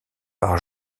par